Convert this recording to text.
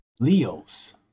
Leos